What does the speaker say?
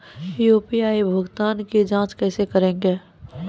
UPI भुगतान की जाँच कैसे करेंगे?